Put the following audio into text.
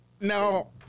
No